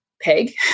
peg